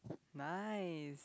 nice